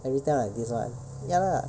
everytime like this one ya lah